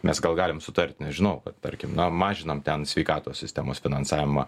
mes gal galim sutart nežinau vat tarkim na mažinam ten sveikatos sistemos finansavimą